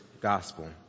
gospel